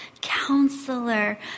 Counselor